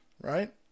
Right